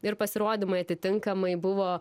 ir pasirodymai atitinkamai buvo